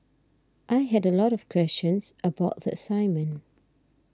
I had a lot of questions about the assignment